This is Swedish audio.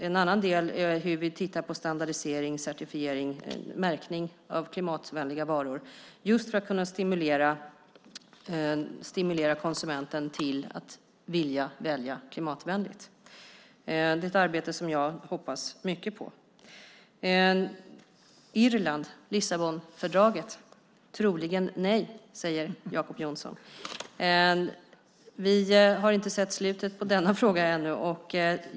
En annan del är hur vi tittar på standardisering, certifiering och märkning av klimatvänliga varor just för att kunna stimulera konsumenten till att vilja välja klimatvänligt. Det är ett arbete som jag hoppas mycket på. Det blir troligen nej från Irland till Lissabonfördraget, säger Jacob Johnson. Vi har inte sett slutet på denna fråga ännu.